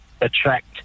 attract